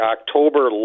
October